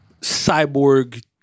cyborg